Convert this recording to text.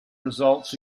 results